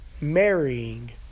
marrying